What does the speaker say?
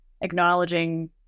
acknowledging